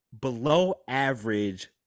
below-average